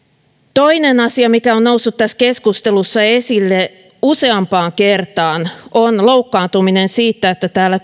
toinen asia mikä on noussut tässä keskustelussa esille useampaan kertaan on loukkaantuminen siitä että täällä